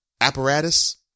apparatus